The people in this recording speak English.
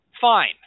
Fine